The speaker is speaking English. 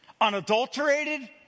unadulterated